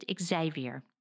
Xavier